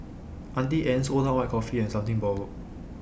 Auntie Anne's Old Town White Coffee and Something Borrowed